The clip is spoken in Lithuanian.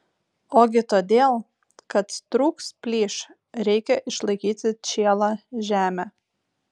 ogi todėl kad trūks plyš reikia išlaikyti čielą žemę